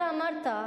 אתה אמרת,